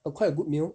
a quite good meal